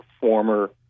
former